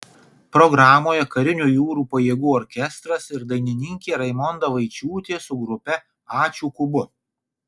programoje karinių jūrų pajėgų orkestras ir dainininkė raimonda vaičiūtė su grupe ačiū kubu